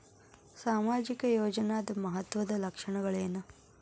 ಸಾಮಾಜಿಕ ಯೋಜನಾದ ಮಹತ್ವದ್ದ ಲಕ್ಷಣಗಳೇನು?